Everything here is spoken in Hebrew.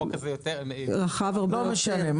לא משנה.